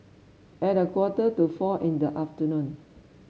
at a quarter to four in the afternoon